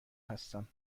هستم